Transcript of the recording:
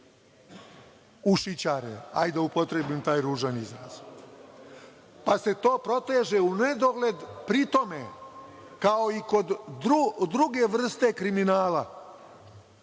ušićare, hajde da upotrebim taj ružan izraz, pa se to proteže u nedogled. Pri tome, kao i kod druge vrste kriminala,